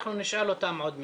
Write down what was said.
אנחנו נשאל אותם עוד מעט.